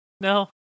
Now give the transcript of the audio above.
No